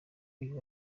uyu